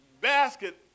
basket